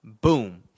Boom